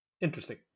interesting